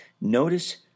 Notice